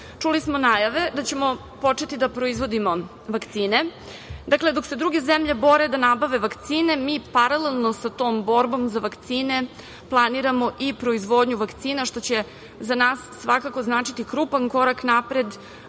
Čuli smo najave da ćemo početi da proizvodimo vakcine. Dok se druge zemlje bore da nabave vakcine mi paralelno sa tom borbom za vakcine planiramo i proizvodnju vakcina, što će za nas svakako značiti krupan korak napred,